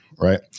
Right